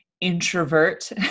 introvert